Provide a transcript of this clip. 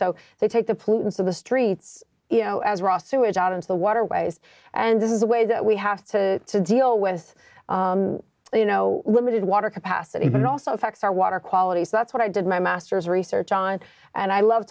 so they take the pollutants of the streets you know as raw sewage out into the waterways and this is the way that we have to to deal with you know limited water capacity but it also affects our water quality so that's what i did my masters research on and i love